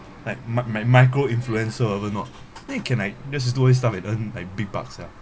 like mi~ mi~ micro influencer or ever not then you can like just do all this stuff and earn like big bucks ya